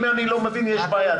אם אני לא מבין, יש בעיה.